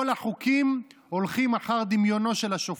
כל החוקים הולכים אחר דמיונו של השופט.